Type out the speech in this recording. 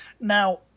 Now